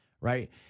right